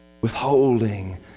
withholding